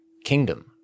Kingdom